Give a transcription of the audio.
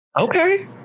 Okay